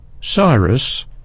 Cyrus